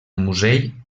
musell